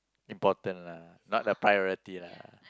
important lah not the priority lah